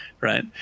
right